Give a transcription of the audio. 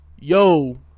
yo